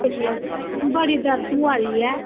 बड़ी दर्द होआ दी ऐ